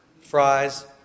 fries